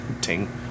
Ting